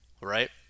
right